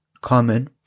common